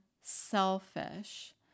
selfish